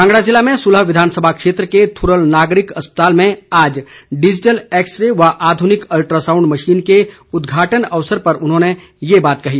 कांगड़ा जिले में सुलह विधानसभा क्षेत्र के थुरल नागरिक अस्पताल में आज डिजिटल एक्स रे व आधुनिक अल्ट्रासांउड मशीन के उदघाटन अवसर पर उन्होंने ये बात कही